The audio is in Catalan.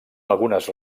algunes